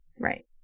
right